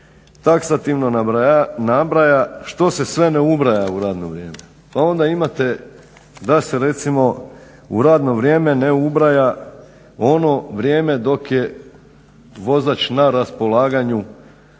taksativno nabraja što se sve ne ubraja u radno vrijeme. Pa onda imate da se recimo u radno vrijeme ne ubraja ono vrijeme dok je vozač na raspolaganju